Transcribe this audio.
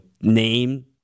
name